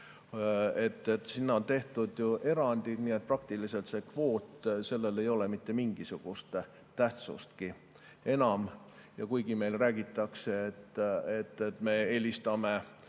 Nendele on tehtud ju erandid, nii et praktiliselt sellel kvoodil ei ole mitte mingisugust tähtsust enam. Kuigi meile räägitakse, et me eelistame